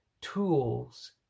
tools